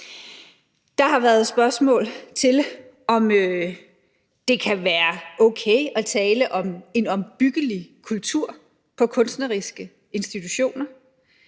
Der har været spørgsmål til, om det kan være okay at tale om en opbyggelig kultur på kunstneriske institutioner.